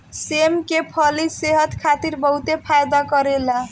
सेम के फली सेहत खातिर बहुते फायदा करेला